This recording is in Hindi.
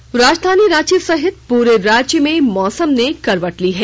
मौसम राजधानी रांची सहित पूरे राज्य में मौसम ने करवट ली है